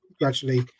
gradually